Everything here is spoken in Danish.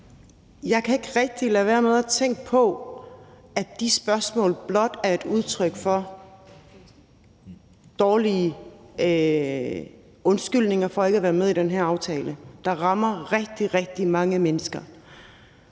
Jeg kan ikke rigtig lade være med at tænke på, at de spørgsmål blot er udtryk for dårlige undskyldninger for ikke at være med i den her aftale, der berører rigtig, rigtig mange mennesker.